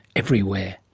everywhere.